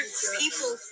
people